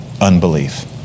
unbelief